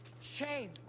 Shame